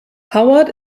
howard